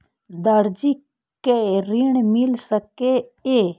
दर्जी कै ऋण मिल सके ये?